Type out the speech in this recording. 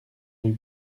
rue